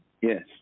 yes